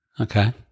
Okay